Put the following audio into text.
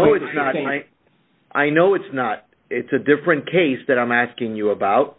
it's not i know it's not it's a different case that i'm asking you about